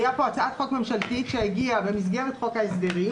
הייתה כאן הצעת חוק ממשלתית שהגיעה במסגרת חוק ההסדרים.